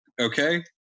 okay